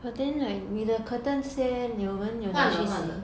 换了换了